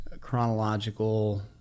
chronological